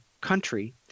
country